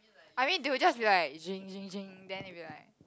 I mean they will just be like jing jing jing then they be like